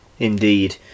Indeed